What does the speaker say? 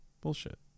Bullshit